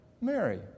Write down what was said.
Mary